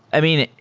i mean,